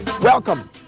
Welcome